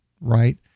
right